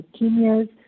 leukemias